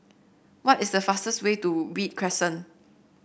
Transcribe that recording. what is the fastest way to Read Crescent